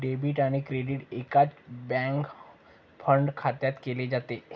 debit आणि credit एकाच bank fund खात्यात केले जाते